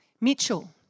Mitchell